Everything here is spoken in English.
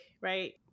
right